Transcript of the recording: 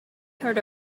heard